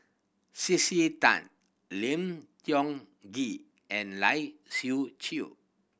C C Tan Tiong Ghee and Lai Siu Chiu